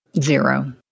Zero